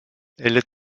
elle